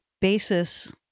basis